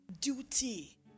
duty